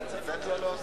כן.